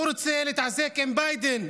הוא רוצה להתעסק עם ביידן,